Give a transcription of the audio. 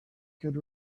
could